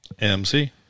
mc